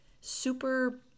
super